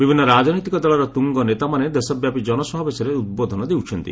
ବିଭିନ୍ନ ରାଜନୈତିକ ଦଳର ତ୍ରୁଙ୍ଗ ନେତାମାନେ ଦେଶବ୍ୟାପୀ ଜନସମାବେଶରେ ଉଦ୍ବୋଧନ ଦେଉଛନ୍ତି